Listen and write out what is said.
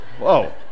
Whoa